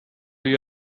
you